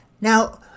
Now